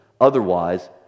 Otherwise